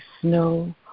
snow